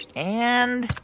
and.